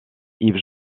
yves